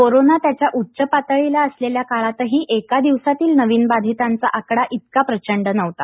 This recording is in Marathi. कोरोना त्याच्या उच्च पातळीला असलेल्या काळातही एका दिवसातील नवीन बाधितांचा आकडा इतका प्रचंड नव्हता